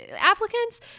applicants